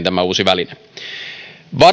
tämä uusi väline alkuvuodesta lanseerattiin